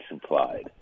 supplied